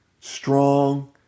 strong